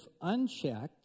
unchecked